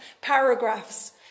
paragraphs